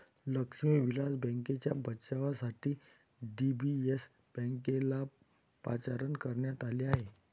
लक्ष्मी विलास बँकेच्या बचावासाठी डी.बी.एस बँकेला पाचारण करण्यात आले आहे